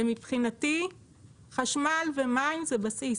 מבחינתי חשמל ומים זה בסיס,